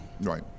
Right